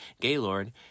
Gaylord